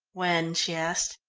when? she asked.